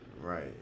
right